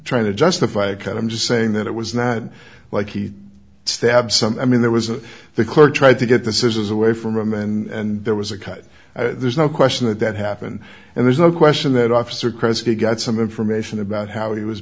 trying to justify a kind i'm just saying that it was not like he stabbed some i mean there was a the clerk tried to get the scissors away from him and there was a cut there's no question that that happened and there's no question that officer christie got some information about how he was